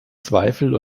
zweifel